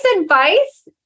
advice